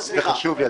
סליחה --- זה חשוב לי,